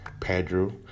Pedro